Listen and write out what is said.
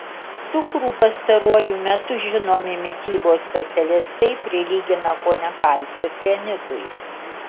cukrų pastaruoju metu žinomi mitybos specialistai prilygina kone kalcio cianidui